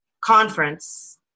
conference